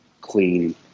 clean